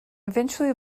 eventually